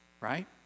right